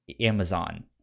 amazon